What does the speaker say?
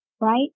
right